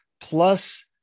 plus